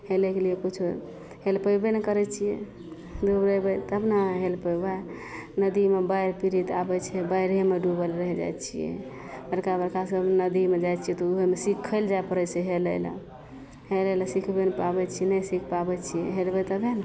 हेलय के लिये कुछो हेल पेबे नहि करय छियै दुबरेबय तब ने हेल पेबय नदीमे बाढ़ि पीड़ित आबय छै बाढ़ियेमे डुबल रहि जाइ छियै बड़का बड़का सभ नदीमे जाइ छियै तऽ उहेमे सीखय लए जाय पड़य छै हेलय लए हेलय लए सिखबे ने पाबय छियै नहि सीख पाबय छियै हेलबय तभे ने